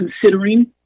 considering